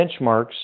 benchmarks